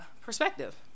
perspective